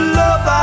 love